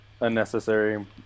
unnecessary